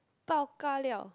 pao-ka-liao